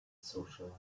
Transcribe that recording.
socialize